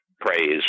praise